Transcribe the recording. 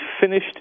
finished